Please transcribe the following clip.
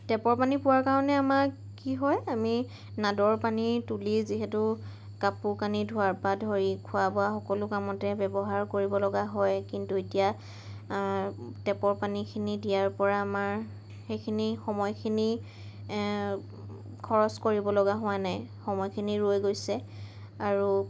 টেপৰ পানী পোৱাৰ কাৰণে আমাৰ কি হয় আমি নাদৰ পানী তুলি যিহেতু কাপোৰ কানি ধোৱাৰ পৰা ধৰি খোৱা বোৱা সকলো কামতে ব্যৱহাৰ কৰিব লগা হয় কিন্তু এতিয়া টেপৰ পানীখিনি দিয়াৰ পৰা আমাৰ সেইখিনি সময়খিনি খৰচ কৰিব লগা হোৱা নাই সময়খিনি ৰৈ গৈছে আৰু